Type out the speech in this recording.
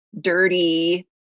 dirty